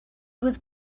was